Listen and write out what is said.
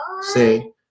say